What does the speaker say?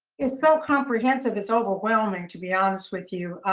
it's so comprehensive it's overwhelming, to be honest with you.